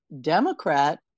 Democrat